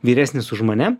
vyresnis už mane